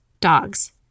dogs